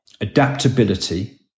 adaptability